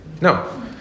No